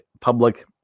public